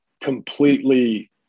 completely